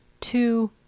two